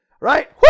right